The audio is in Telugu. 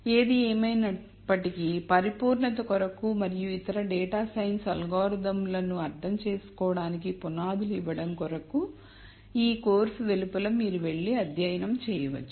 ఏది ఏమయినప్పటికీ పరిపూర్ణత కొరకు మరియు ఇతర డేటా సైన్స్ అల్గోరిథంలను అర్థం చేసుకోవడానికి పునాదులు ఇవ్వడం కొరకు ఈ కోర్సు వెలుపల మీరు వెళ్లి అధ్యయనం చేయవచ్చు